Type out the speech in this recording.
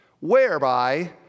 whereby